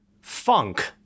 funk